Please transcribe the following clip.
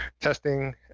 testing